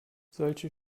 solche